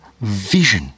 vision